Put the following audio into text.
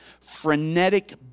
frenetic